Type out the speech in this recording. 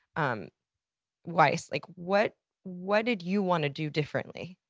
um weiss, like what what did you want to do differently?